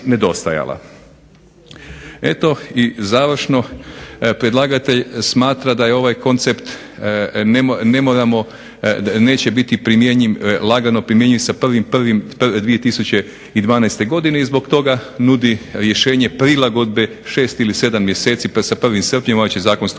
Eto i završno, predlagatelj smatra da je ovaj koncept ne moramo, neće biti primjenjiv lagano primjenjiv sa 01.01.2012. godine i zbog toga nudi rješenje prilagodbe 6 ili 7 mjeseci pa sa 1. srpnjem ovaj će zakon stupiti